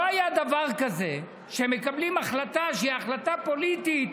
לא היה דבר כזה שמקבלים החלטה שהיא החלטה פוליטית